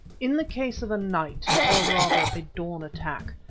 in the case of a night, or rather a dawn attack,